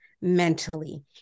mentally